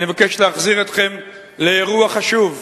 אני מבקש להחזיר אתכם לאירוע חשוב.